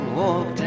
walk